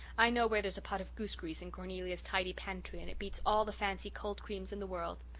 i know where there's a pot of goose-grease in cornelia's tidy pantry and it beats all the fancy cold creams in the world.